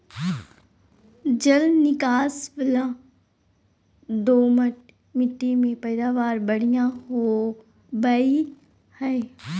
जल निकास वला दोमट मिट्टी में पैदावार बढ़िया होवई हई